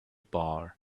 bar